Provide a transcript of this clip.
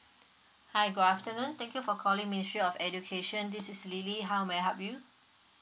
hi good afternoon thank you for calling ministry of education this is lily how may I help you